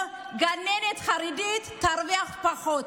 שגננת חרדית תרוויח פחות.